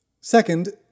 Second